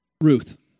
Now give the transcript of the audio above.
Ruth